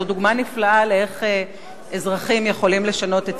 זו דוגמה נפלאה לכך שאזרחים יכולים לשנות את